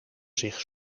zich